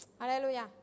Hallelujah